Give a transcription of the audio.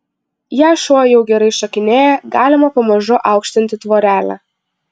jei šuo jau gerai šokinėja galima pamažu aukštinti tvorelę